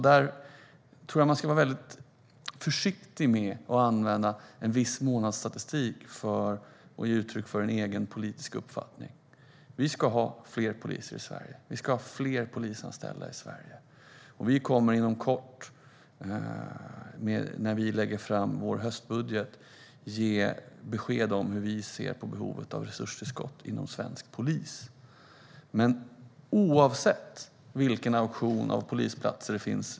Jag tror att man ska vara väldigt försiktig med att använda en viss månadsstatistik för att ge uttryck för en egen politisk uppfattning. Vi ska ha fler poliser i Sverige. Vi ska ha fler polisanställda i Sverige. Vi kommer inom kort, när vi lägger fram vår höstbudget, att ge besked om hur vi ser på behovet av resurstillskott inom svensk polis. Inom opposi-tionen sker det en auktion av polisplatser.